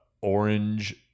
orange